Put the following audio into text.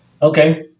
Okay